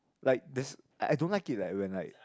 like this I don't like it when like